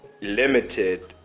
limited